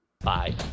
bye